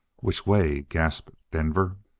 which way? gasped denver.